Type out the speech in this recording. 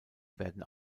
werden